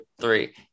three